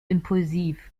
impulsiv